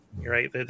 right